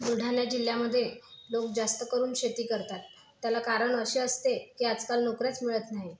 बुलढाणा जिल्ह्यामध्ये लोक जास्त करून शेती करतात त्याला कारण असे असते की आजकाल नोकऱ्याच मिळत नाही